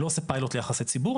אני לא עושה פיילוט ליחסי ציבור.